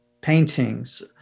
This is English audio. paintings